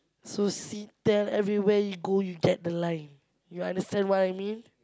so Singtel everywhere you go you get the line you understand what I mean